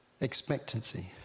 Expectancy